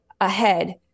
ahead